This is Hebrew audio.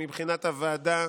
מבחינת הוועדה,